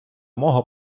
мого